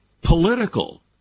political